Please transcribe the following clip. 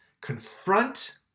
confront